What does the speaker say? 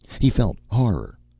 he felt horror,